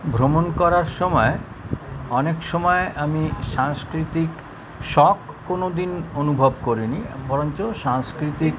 ভ্রমণ করার সময় অনেক সময় আমি সাংস্কৃতিক শক কোনো দিন অনুভব করিনি বরঞ্চ সাংস্কৃতিক